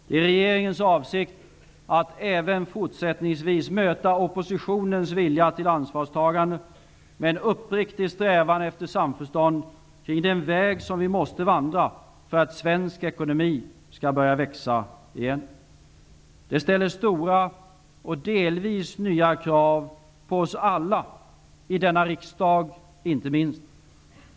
Det är regeringens avsikt att även i fortsättningen möta oppositionens vilja till ansvarstagande med en uppriktig strävan efter samförstånd kring den väg som vi måste vandra för att svensk ekonomi skall börja växa igen. Det ställer stora och delvis nya krav på oss alla, inte minst i denna riksdag.